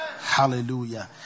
Hallelujah